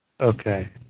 Okay